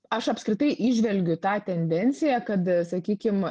aš apskritai įžvelgiu tą tendenciją kad sakykim